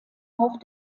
auch